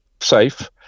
safe